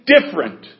different